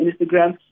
Instagram